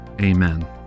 amen